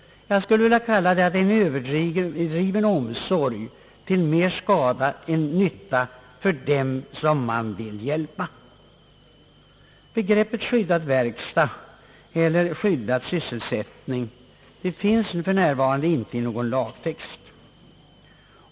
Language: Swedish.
Jag skulle vilja kalla det en överdriven omsorg till mer skada än nytta för dem som man vill hjälpa. Begreppet skyddad verkstad eller skyddad sysselsättning finns för närvarande inte i någon lagtext.